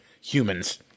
humans